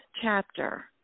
chapter